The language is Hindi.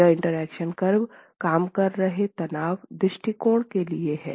यह इंटरेक्शन कर्व काम कर रहे तनाव दृष्टिकोण के लिए हैं